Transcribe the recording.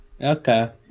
Okay